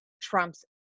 trumps